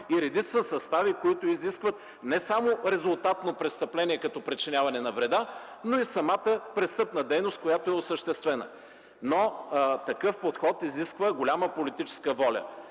и редица състави, които изискват не само резултатно престъпление като причиняване на вреда, но и самата престъпна дейност, която е осъществена. Но такъв подход изисква голяма политическа воля.